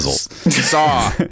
Saw